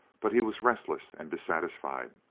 but he was restless and dissatisfied.